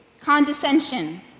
condescension